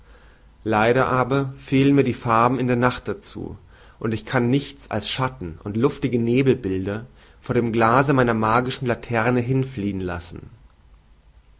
leider aber fehlen mir die farben in der nacht dazu und ich kann nichts als schatten und luftige nebelbilder vor dem glase meiner magischen laterne hinfliehen lassen